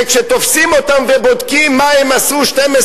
שכשתופסים אותם ובודקים מה הם עשו 12